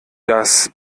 das